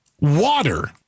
water